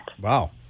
Wow